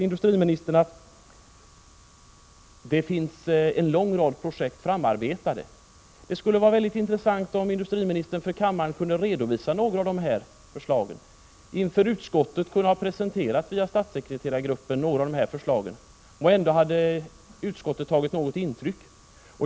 Industriministern säger sedan att en lång rad projekt har arbetats fram. Det skulle vara mycket intressant om industriministern för kammaren kunde redovisa några av de förslagen. Han kunde också via statssekreterargruppen inför utskottet ha presenterat några av förslagen — måhända hade utskottet då tagit intryck.